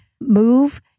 move